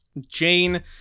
Jane